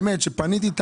כשאני פניתי,